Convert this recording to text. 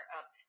up